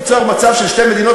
ליצור מצב של שתי מדינות,